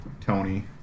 Tony